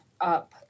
up